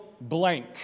blank